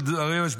של דריוש,